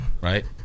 right